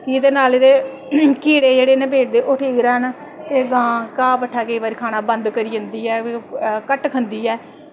एह्दे नाल दे कीड़े जेह्ड़े न पेट दे ओह् हैन ते गांऽ घाऽ भट्ठा केईं बारी खाना बंद करी जंदी ऐ ते घट्ट खंदी ऐ